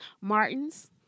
Martin's